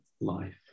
life